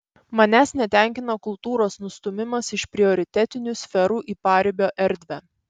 manęs netenkina kultūros nustūmimas iš prioritetinių sferų į paribio erdvę